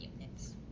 units